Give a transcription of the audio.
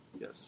Yes